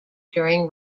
during